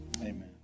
amen